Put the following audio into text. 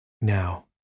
Now